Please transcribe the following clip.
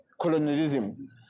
colonialism